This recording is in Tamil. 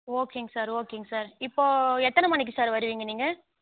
ஓகேங்க சார் ஓகேங்க சார் இப்போ எத்தனை மணிக்கு சார் வருவீங்க நீங்கள்